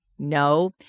no